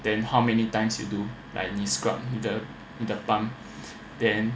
then how many times you do like 你 scrub 你的 palm then